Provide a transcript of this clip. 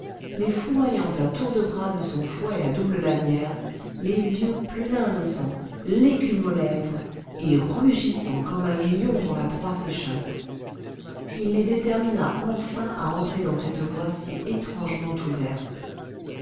les fouaillant à tour de bras de son fouet à double lanière les yeux pleins de sang l'écume aux lèvres et rugissant comme un lion dont la proie s'échappe il les détermina enfin à entrer dans cette voie si étrangement ouverte